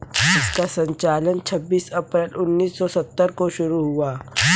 इसका संचालन छब्बीस अप्रैल उन्नीस सौ सत्तर को शुरू हुआ